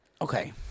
Okay